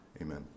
Amen